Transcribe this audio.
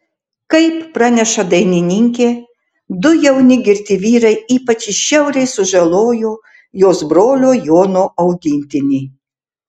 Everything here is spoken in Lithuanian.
kaip praneša dainininkė du jauni girti vyrai ypač žiauriai sužalojo jos brolio jono augintinį